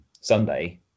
Sunday